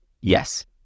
Yes